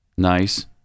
Nice